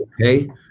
okay